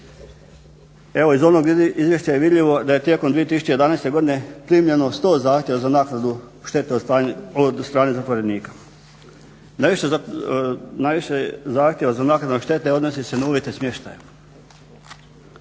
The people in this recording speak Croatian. Evo iz onog izvješća je vidljivo da je tijekom 2011. godine primljeno 100 zahtjeva za naknadu štete od strane zatvorenika. Najviše zahtjeva za naknadu štete odnosi se na uvjete smještaja.